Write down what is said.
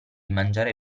mangiar